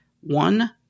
one